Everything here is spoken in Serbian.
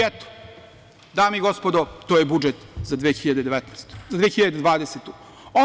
Eto, dame i gospodo, to je budžet za 2020. godinu.